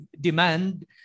demand